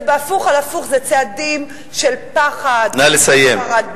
זה בהפוך על הפוך, אלה צעדים של פחד וחרדה.